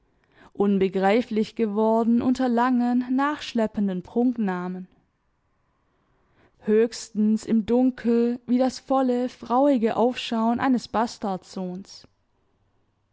unbegreiflich geworden unter langen nachschleppenden prunknamen höchstens im dunkel wie das volle frauige aufschaun eines